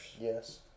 Yes